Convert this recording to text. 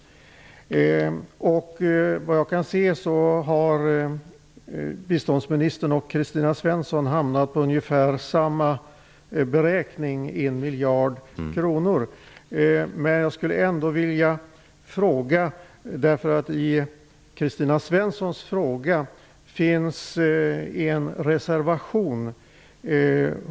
Såvitt jag kan se har biståndsministern och Kristina Svensson gjort ungefär samma beräkning, dvs. 1 miljard kronor. I Kristina Svenssons fråga finns dock en reservation.